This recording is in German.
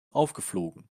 aufgeflogen